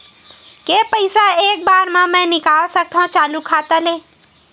के पईसा एक बार मा मैं निकाल सकथव चालू खाता ले?